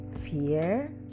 Fear